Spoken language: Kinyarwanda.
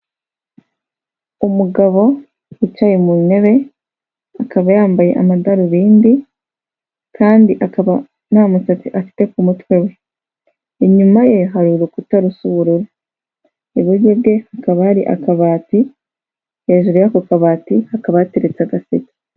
Umugabo wicaye mu ntebe, akaba yambaye amadarubindi kandi akaba ntamusatsi afite ku mutwe we, inyuma ye hari urukuta rusa ubururu, iburyo bwe hakaba ari akabati, hejuru y'ako kabati hakaba hateretse agaseke.